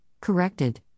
corrected